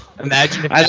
Imagine